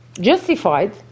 justified